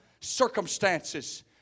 circumstances